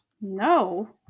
No